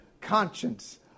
conscience